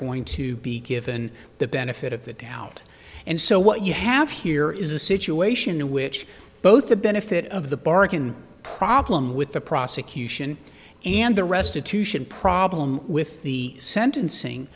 going to be given the benefit of the doubt and so what you have here is a situation in which both the benefit of the bargain problem with the prosecution and the restitution problem with the sentencing